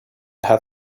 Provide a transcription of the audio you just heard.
had